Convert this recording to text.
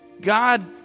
God